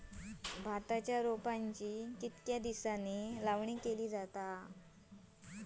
भाताच्या रोपांची कितके दिसांनी लावणी केली जाता?